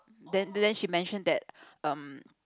then then she mention that um